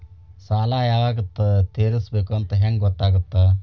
ಸಾಲ ಯಾವಾಗ ತೇರಿಸಬೇಕು ಅಂತ ಹೆಂಗ್ ಗೊತ್ತಾಗುತ್ತಾ?